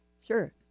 Sure